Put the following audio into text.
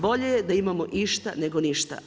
Bolje je da imamo išta nego ništa.